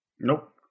Nope